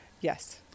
Yes